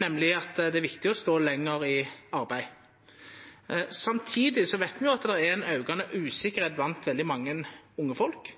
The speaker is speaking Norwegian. nemleg at det er viktig å stå lenger i arbeid. Samtidig vet me at det er ei aukande usikkerheit blant veldig mange unge folk